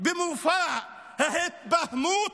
במופע ההתבהמות,